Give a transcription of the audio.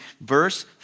verse